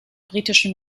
britischen